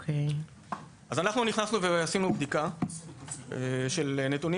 אז אנחנו נכנסנו ועשינו בדיקה של נתונים